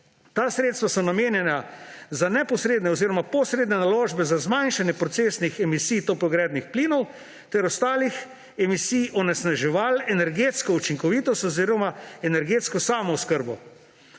ta sredstva so namenjena za neposredne oziroma posredne naložbe za zmanjšanje procesnih emisij toplogrednih plinov ter ostalih emisij onesnaževal, energetsko učinkovitost oziroma energetsko samooskrbo.